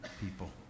people